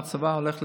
במה הצבא הולך לטפל.